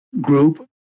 group